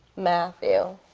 matthew.